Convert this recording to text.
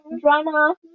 Drama